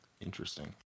interesting